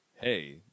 Hey